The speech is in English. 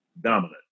dominant